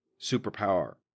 superpower